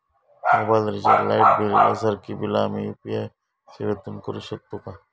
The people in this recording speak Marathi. मोबाईल रिचार्ज, लाईट बिल यांसारखी बिला आम्ही यू.पी.आय सेवेतून करू शकतू काय?